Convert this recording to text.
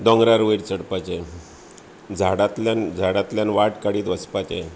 दोंगरार वयर चडपाचें झाडांतल्यान झाडांतल्यान वाट काडीत वचपाचें